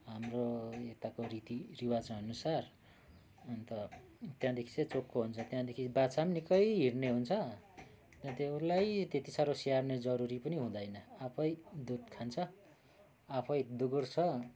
हाम्रो यताको रीतिरिवाज अनुसार अन्त त्यहाँदेखि चाहिँ चोखो हुन्छ त्यहाँदेखि बाछा नि निकै हिँड्ने हुन्छ त्यहाँ त उसलाई त्यति साह्रो स्याहार्ने जरुरी पनि हुँदैन आफै दुध खान्छ आफै दगुर्छ